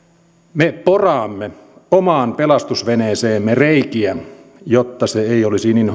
me poraamme omaan pelastusveneeseemme reikiä jotta se ei olisi niin